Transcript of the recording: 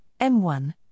M1